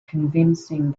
convincing